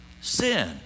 sin